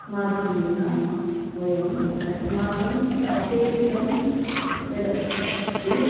माध्यमेन वयम् अस्माकम् अपेक्षितं यत् अस्ति